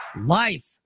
Life